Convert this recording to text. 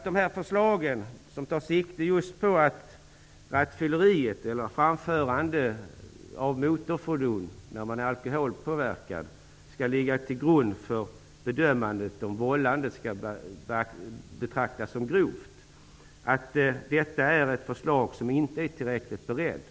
De förslag som tar sikte just på rattfylleriet eller framförandet av motorfordon när man är alkoholpåverkad skall ligga till grund för bedömningen av huruvida vållandet skall betraktas som grovt. Men förslaget är inte tillräckligt berett.